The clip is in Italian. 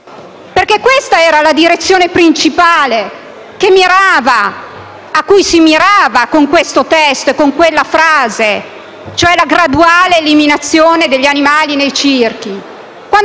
Questa era la direzione principale cui si mirava con questo testo e con quella frase, cioè la graduale eliminazione degli animali nei circhi.